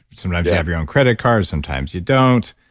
but sometimes you have your own credit card, sometimes you don't,